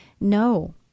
No